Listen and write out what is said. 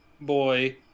boy